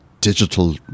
digital